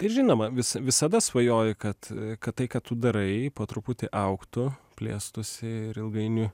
tai žinoma vis visada svajoju kad kad tai ką tu darai po truputį augtų plėstųsi ir ilgainiui